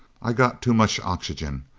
i got too much oxygen.